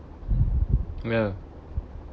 well